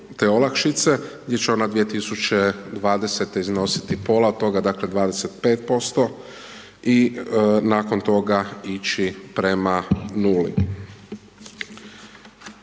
te olakšice gdje će ona 2020. iznositi pola toga, dakle 25% i nakon toga ići prema nuli.